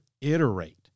iterate